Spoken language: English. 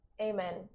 Amen